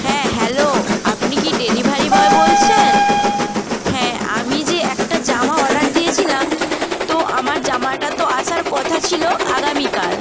হ্যাঁ হ্যালো আপনি কি ডেলিভারি বয় বলছেন হ্যাঁ আমি যে একটা জামা অর্ডার দিয়েছিলাম তো আমার জামাটা তো আসার কথা ছিলো আগামীকাল